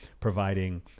providing